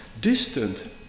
Distant